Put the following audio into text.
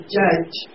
judge